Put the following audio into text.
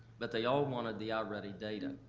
but they all wanted the ah i-ready data,